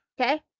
Okay